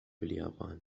اليابان